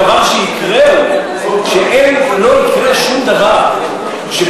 הדבר שיקרה הוא שאין ולא יקרה שום דבר שמדינת